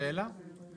זה מאוד תלוי